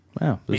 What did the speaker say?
Wow